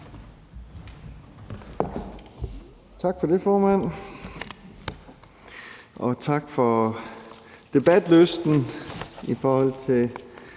Tak for det, formand. Tak for debatlysten i forbindelse